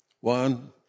One